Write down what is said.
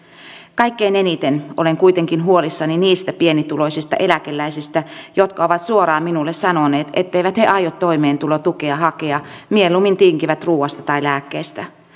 kaikkein eniten olen kuitenkin huolissani niistä pienituloisista eläkeläisistä jotka ovat suoraan minulle sanoneet etteivät he aio toimeentulotukea hakea mieluummin tinkivät ruuasta tai lääkkeistä